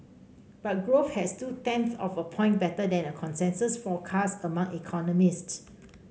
but growth has two tenths of a point better than a consensus forecast among economists